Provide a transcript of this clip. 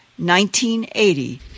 1980